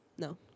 No